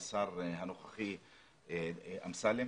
השר הנוכחי אמסלם,